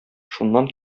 шуннан